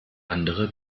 andere